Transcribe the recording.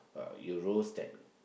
you roast that